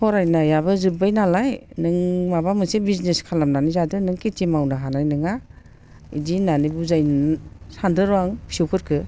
फरायनायाबो जोबबाय नालाय नों माबा मोनसे बिजनेस खालामनानै जादो नों खेथि मावनो हानाय नङा बिदि होन्नानै बुजायनो सानदों र' आं फिसौफोरखौ